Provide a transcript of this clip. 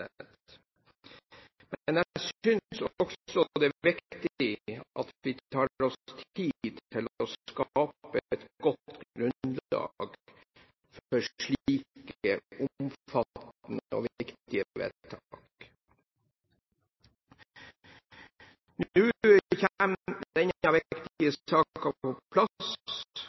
det er viktig at vi tar oss tid til å skape et godt grunnlag for slike omfattende og viktige vedtak. Nå kommer denne viktige saken på plass,